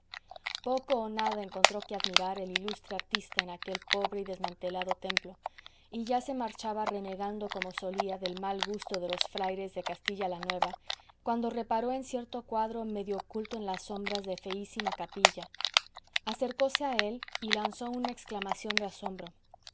poco o nada encontró que admirar el ilustre artista en aquel pobre y desmantelado templo y ya se marchaba renegando como solía del mal gusto de los frailes de castilla la nueva cuando reparó en cierto cuadro medio oculto en las sombras de feísima capilla acercóse a él y lanzó una exclamación de asombro